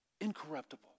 Incorruptible